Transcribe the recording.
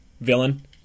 villain